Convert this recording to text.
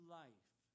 life